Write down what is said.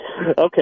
Okay